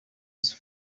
nzu